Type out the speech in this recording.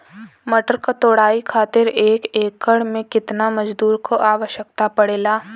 मटर क तोड़ाई खातीर एक एकड़ में कितना मजदूर क आवश्यकता पड़ेला?